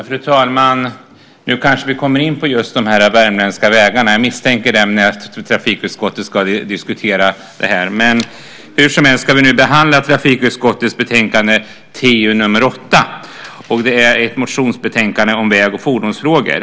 Fru talman! Nu kanske vi kommer in på just de här värmländska vägarna. Jag misstänker nämligen att trafikutskottet ska diskutera det här. Hur som helst ska vi nu behandla trafikutskottets betänkande TU8. Det är ett motionsbetänkande om väg och fordonsfrågor.